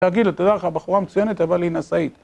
תגיד לו, תדע לך בחורה מצוינת, אבל היא נשאית.